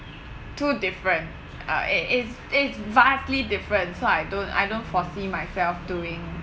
too different uh it is it is vastly different so I don't I don't foresee myself doing